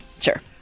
Sure